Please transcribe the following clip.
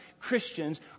Christians